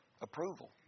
approval